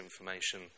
information